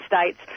states